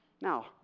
Now